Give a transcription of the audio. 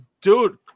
dude